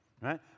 Right